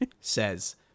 Says